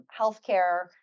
healthcare